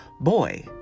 Boy